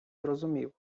зрозумів